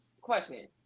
Question